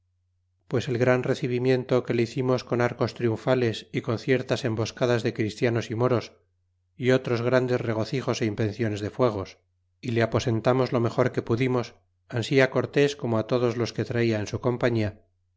pues el gran recibimiento que le hicimos con arcos triunfales y con ciertas emboscadas de christianos moros y otros grandes regocijos invenciones de fuegos y le aposentamos lo mejor que pudimos ansi cortés como todos los que hala en su compañia